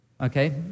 Okay